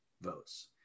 votes